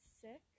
sick